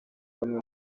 bamwe